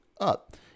up